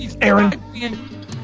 Aaron